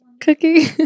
Cooking